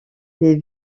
des